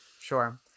sure